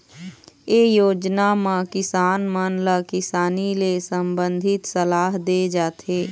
ए योजना म किसान मन ल किसानी ले संबंधित सलाह दे जाथे